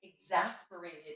exasperated